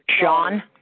Sean